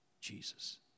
Jesus